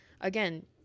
again